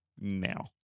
Now